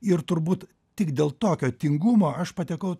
ir turbūt tik dėl tokio tingumo aš patekau